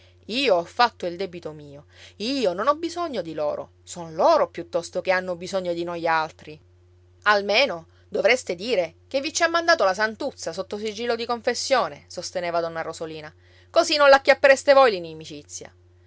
io ho fatto il debito mio io non ho bisogno di loro son loro piuttosto che hanno bisogno di noi altri almeno dovreste dire che vi ci ha mandato la santuzza sotto sigillo di confessione sosteneva donna rosolina così non l'acchiappereste voi l'inimicizia